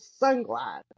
sunglass